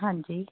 ਹਾਂਜੀ